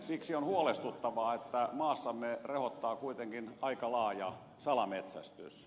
siksi on huolestuttavaa että maassamme rehottaa kuitenkin aika laaja salametsästys